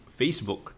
Facebook